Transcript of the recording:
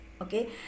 okay